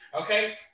okay